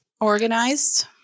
organized